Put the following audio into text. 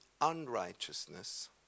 unrighteousness